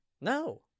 No